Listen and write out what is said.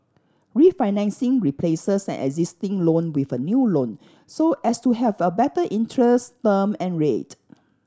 refinancing replaces an existing loan with a new loan so as to have a better interest term and rate